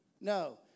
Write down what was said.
No